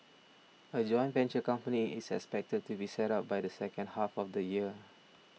a joint venture company is expected to be set up by the second half of the year